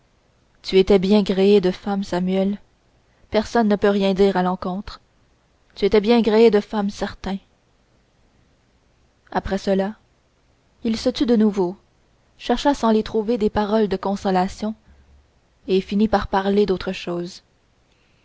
tu étais bien gréé de femme samuel personne ne peut rien dire à l'encontre tu étais bien gréé de femme certain après cela il se tut de nouveau chercha sans les trouver les paroles de consolation et finit par parler d'autre chose